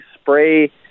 spray